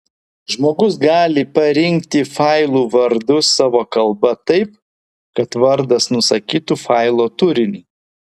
žmogus gali parinkti failų vardus savo kalba taip kad vardas nusakytų failo turinį